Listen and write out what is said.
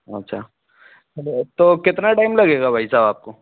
अच्छा तो कितना टैम लगेगा भाई साहब आपको